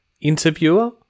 interviewer